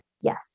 yes